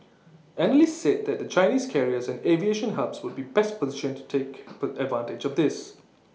analysts said that the Chinese carriers and aviation hubs would be best positioned to take put advantage of this